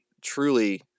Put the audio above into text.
truly